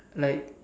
like